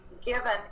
given